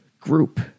group